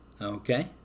Okay